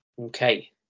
Okay